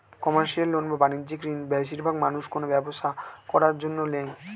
commercial loan বা বাণিজ্যিক ঋণ বেশিরবাগ মানুষ কোনো ব্যবসা করার জন্য নেয়